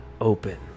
open